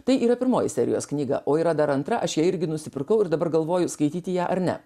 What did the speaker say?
tai yra pirmoji serijos knyga o yra dar antra aš ją irgi nusipirkau ir dabar galvoju skaityti ją ar ne